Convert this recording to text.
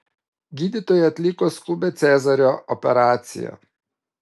gydytojai atliko skubią cezario operaciją